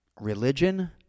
Religion